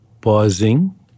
pausing